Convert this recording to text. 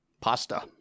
pasta